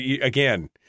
again